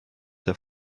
der